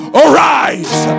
arise